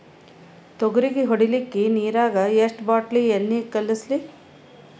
ತೊಗರಿಗ ಹೊಡಿಲಿಕ್ಕಿ ನಿರಾಗ ಎಷ್ಟ ಬಾಟಲಿ ಎಣ್ಣಿ ಕಳಸಲಿ?